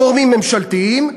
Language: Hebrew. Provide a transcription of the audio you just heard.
גורמים ממשלתיים,